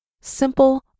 simple